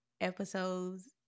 episodes